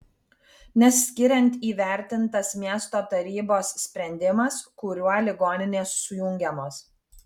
nes skiriant įvertintas miesto tarybos sprendimas kuriuo ligoninės sujungiamos